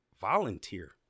Volunteer